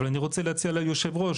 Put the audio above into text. אבל אני רוצה להציע ליושב הראש,